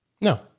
No